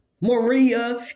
Maria